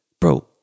Bro